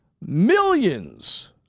millions